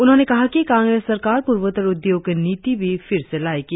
उन्होंने कहा कि कांग्रेस सरकार पूर्वोत्तर उद्योग नीति भी फिर से लायेगी